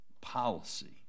policy